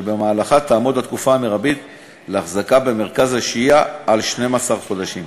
ובמהלכה תהיה התקופה המרבית להחזקה במרכז השהייה 12 חודשים.